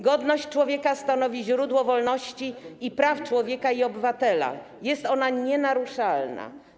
Godność człowieka stanowi źródło wolności i praw człowieka i obywatela, jest ona nienaruszalna.